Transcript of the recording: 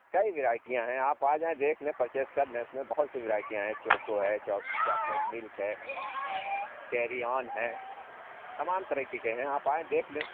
کئی ورائٹیاں ہیں آپ آ جائیں دیکھ لیں پرچیز کر لیں اِس میں بہت سی وراٹیاں ہیں چوکو ہے چاکلیٹ ملک ہے کیری آن ہے تمام طریقے کے ہیں آپ آئیں دیکھ لیں